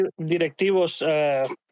directivos